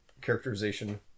characterization